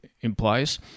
implies